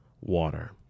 water